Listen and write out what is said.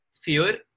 fear